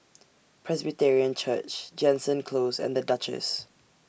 Presbyterian Church Jansen Close and The Duchess